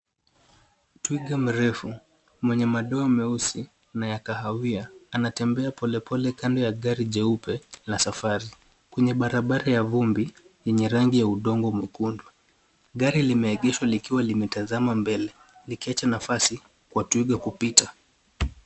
Twiga mrefu mwenye madoa meusi na ya kahawia anatembea polepole kando ya gari jeupe la safari kwenye barabara ya vumbi yenye rangi ya udongo mwekundu. Gari limeegeshwa likiwa limetazama mbele likiacha nafasi kwa twiga kupita.